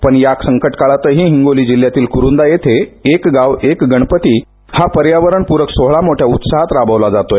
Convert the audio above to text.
पण या संकट काळातही हिंगोली जिल्ह्यातील कुरुदा येथे एक गाव एक गणपती हा पर्यावरणपूरक सोहळा मोठ्या उत्साहात राबवला जात आहे